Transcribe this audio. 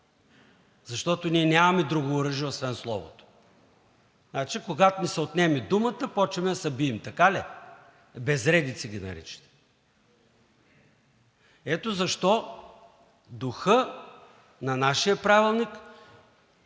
Защото ние нямаме друго оръжие освен словото. Значи, когато ни се отнеме думата, почваме да се бием, така ли? Безредици ги наричат! Ето защо духът на нашия правилник